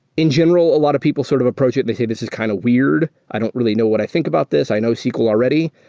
in general, a lot of people sort of approach it and they say, this is kind of weird. i don't really know what i think about this. i know sql already.